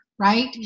right